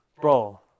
Bro